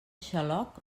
xaloc